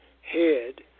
head